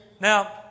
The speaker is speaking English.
Now